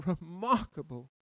remarkable